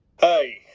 Hey